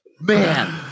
Man